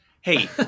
Hey